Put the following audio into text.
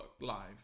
Live